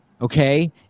Okay